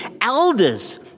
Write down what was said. elders